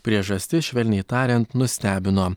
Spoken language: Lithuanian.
priežastis švelniai tariant nustebino